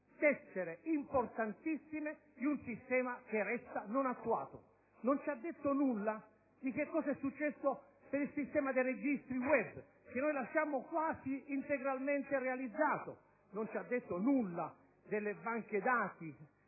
tessere importantissime di un sistema che resta non attuato. Non ci ha detto nulla di che cosa è successo in merito al sistema dei registri *web* che lasciammo quasi integralmente realizzato. Non ci ha detto nulla delle banche dati,